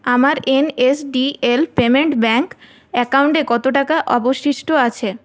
আমার N S D L payment bank অ্যাকাউন্টে কত টাকা অবশিষ্ট আছে